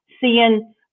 seeing